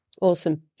Awesome